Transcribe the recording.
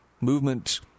movement